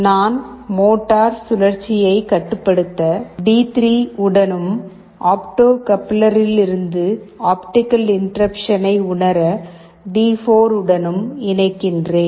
நான் மோட்டார் சுழற்சியைக் கட்டுப்படுத்த டி3 உடனும் ஆப்டோ கப்ளரிலிருந்து ஆப்டிகல் இன்டெர்ருப்சனை உணர டி4 உடனும் இணைக்கிறேன்